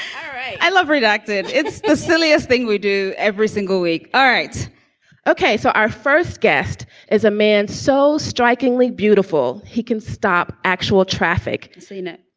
um all right. i love redacted. it's the silliest thing we do every single week. all right ok. so our first guest is a man so strikingly beautiful. he can stop actual traffic. so, you know,